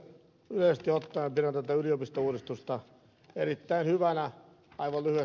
yleisesti ottaen pidän tätä ylipistouudistusta erittäin hyvänä